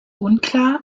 unklar